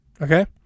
Okay